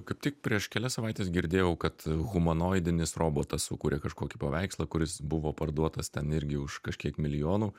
kaip tik prieš kelias savaites girdėjau kad humanoidinis robotas sukūrė kažkokį paveikslą kuris buvo parduotas ten irgi už kažkiek milijonų